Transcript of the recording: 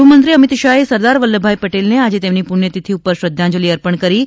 ગૃહમંત્રી અમિત શાહે સરદાર વલ્લભભાઇ પટેલને આજે તેમની પુષ્થતિથી પર શ્રધ્ધાંજલી અર્પણ કરી હતી